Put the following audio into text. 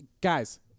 Guys